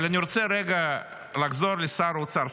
אבל אני רוצה רגע לחזור לשר האוצר.